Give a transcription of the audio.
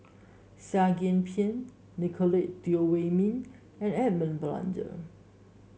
Seah Kian Peng Nicolette Teo Wei Min and Edmund Blundell